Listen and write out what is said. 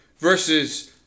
versus